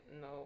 no